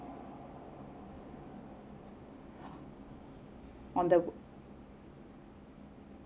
on though